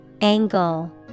Angle